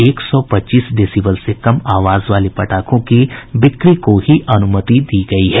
एक सौ पच्चीस डेसीबल से कम आवाज वाले पटाखों की बिक्री को ही अनुमति दी गयी है